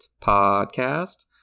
podcast